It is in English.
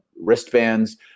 wristbands